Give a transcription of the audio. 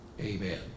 Amen